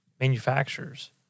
manufacturers